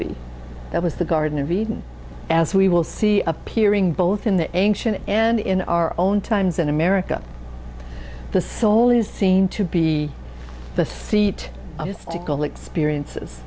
be that was the garden of eden as we will see appearing both in the ancient and in our own times in america the soul is seen to be the seat a mystical experiences